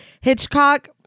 hitchcock